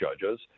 judges